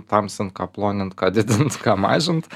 tamsint ką plonint ką didint ką mažint